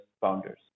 founders